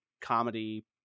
comedy